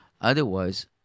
otherwise